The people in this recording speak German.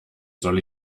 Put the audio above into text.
soll